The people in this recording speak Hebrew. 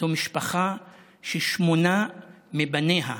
זו משפחה ששמונה מבניה,